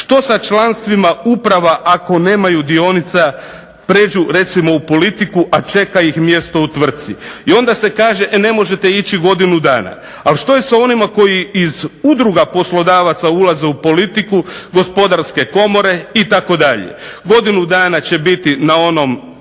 Što sa članstvima uprava ako nemaju dionica pređu recimo u politiku, a čeka ih mjesto u tvrtci? I onda se kaže ne možete ići godinu dana. A što je sa onima koji iz udruga poslodavaca ulaze u politiku, gospodarske komore itd.? godinu dana će biti ne znam